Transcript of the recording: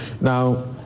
Now